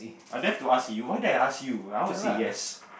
I dare to ask you why did I ask you I would say yes